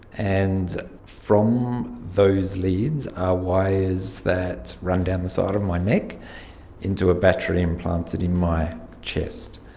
and from those leads are wires that run down the side of my neck into a battery implanted in my chest.